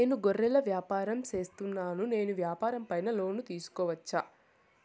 నేను గొర్రెలు వ్యాపారం సేస్తున్నాను, నేను వ్యాపారం పైన లోను తీసుకోవచ్చా?